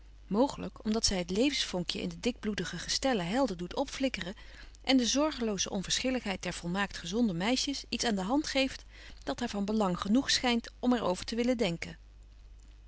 om dat zy het levensvonkje in de dikbloedige gestellen helder doet opflikkeren en de zorgeloze onverschilligheid der volmaakt gezonde meisjes iets aan de hand geeft dat haar van belang genoeg schynt om er over te willen denken